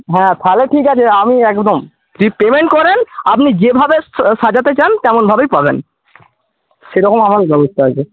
হ্যাঁ তাহলে ঠিক আছে আমি একদম ঠিক পেমেন্ট করেন আপনি যে ভাবে সাজাতে চান তেমন ভাবেই পাবেন সে রকম আমার ব্যবস্থা আছে